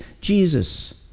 Jesus